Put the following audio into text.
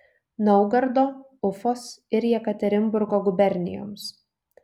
naugardo ufos ir jekaterinburgo gubernijoms